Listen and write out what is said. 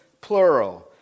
plural